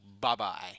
bye-bye